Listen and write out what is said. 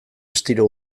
astiro